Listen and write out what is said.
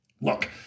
look